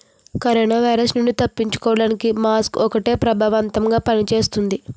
corona virus నుండి తప్పించుకోడానికి mask ఒక్కటే ప్రభావవంతంగా పని చేస్తుంది